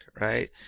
right